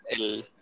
El